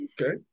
Okay